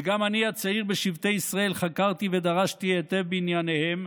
וגם אני הצעיר בשבטי ישראל חקרתי ודרשתי היטב בענייניהם,